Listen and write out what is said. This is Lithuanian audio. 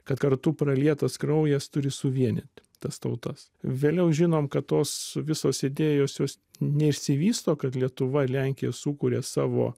kad kartu pralietas kraujas turi suvienyt tas tautas vėliau žinom kad tos visos idėjos jos neišsivysto kad lietuva lenkija sukuria savo